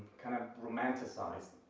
kind of romanticized,